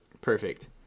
Perfect